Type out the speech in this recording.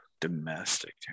Domestic